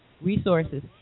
resources